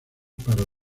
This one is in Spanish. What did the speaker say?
para